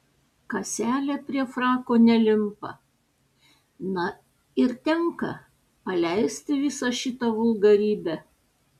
kaselė prie frako nelimpa na ir tenka paleisti visą šitą vulgarybę